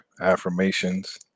affirmations